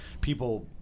people